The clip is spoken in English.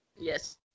Yes